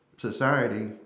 society